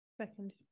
Second